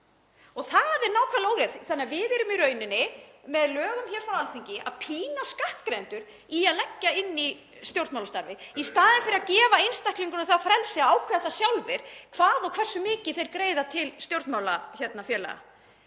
og það er nákvæmlega … Þannig að við erum í rauninni með lögum frá Alþingi að pína skattgreiðendur til að leggja inn í stjórnmálastarfið (Gripið fram í.) í staðinn fyrir að gefa einstaklingum það frelsi að ákveða sjálfir hvað og hversu mikið þeir greiða til stjórnmálafélaga.